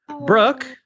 Brooke